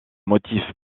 motif